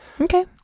Okay